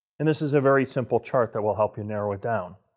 and this is a very simple chart that will help you narrow it down.